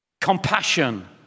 Compassion